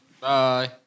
Bye